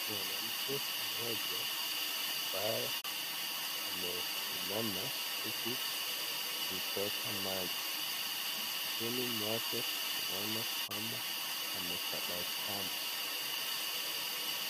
Mwanamke mmoja ambaye ameinama huku akichota maji, usoni mwake naona kwamba ametabasamu.